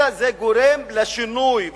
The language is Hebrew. אלא שזה גורם לשינוי.